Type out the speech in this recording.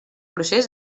procés